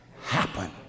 happen